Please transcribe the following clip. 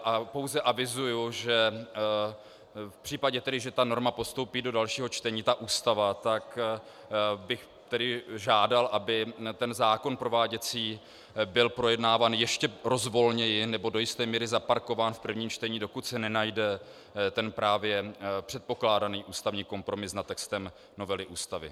A pouze avizuji, že v případě, že ta norma postoupí do dalšího čtení, ta Ústava, tak bych tedy žádal, aby prováděcí zákon byl projednáván ještě rozvolněji nebo do jisté míry zaparkován v prvním čtení, dokud se nenajde ten právě předpokládaný ústavní kompromis nad textem novely Ústavy.